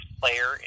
player